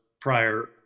prior